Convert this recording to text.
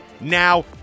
now